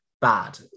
bad